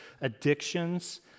addictions